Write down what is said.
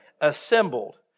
assembled